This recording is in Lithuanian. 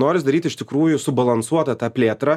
noris daryt iš tikrųjų subalansuotą tą plėtrą